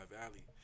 Valley